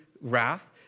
wrath